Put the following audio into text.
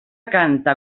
canta